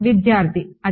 విద్యార్థి అది